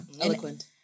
Eloquent